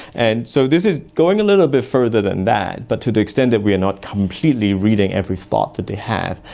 and so this is going a little bit further than that, but to the extent that we are not completely reading every thought that they had.